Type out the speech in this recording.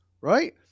right